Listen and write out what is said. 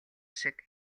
шиг